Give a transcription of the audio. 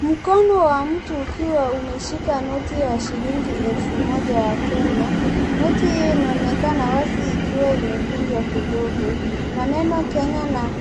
Mkono wa mtu ukiwa umeshika noti ya shilingi elfu moja ya Kenya, noti hii inaonekana wasi ikiwa imekunjwa kidogo, maneno Kenya na